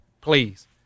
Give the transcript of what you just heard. Please